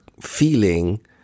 feeling